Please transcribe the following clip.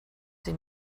sie